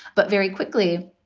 but very quickly,